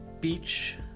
beach